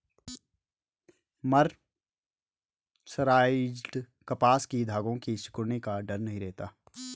mercerised कपास के धागों के सिकुड़ने का डर नहीं रहता